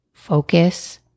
focus